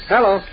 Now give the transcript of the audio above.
Hello